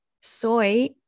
Soy